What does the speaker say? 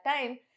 time